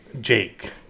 Jake